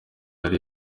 yari